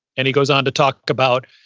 and he goes on to talk about,